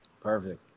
Perfect